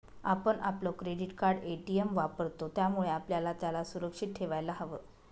आपण आपलं credit card, ATM वापरतो, त्यामुळे आपल्याला त्याला सुरक्षित ठेवायला हव